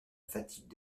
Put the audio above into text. fatigue